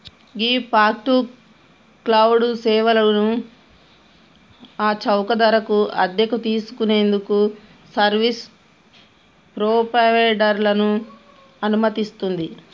ghee fog to cloud సేవలను ఆ చౌక ధరకు అద్దెకు తీసుకు నేందుకు సర్వీస్ ప్రొవైడర్లను అనుమతిస్తుంది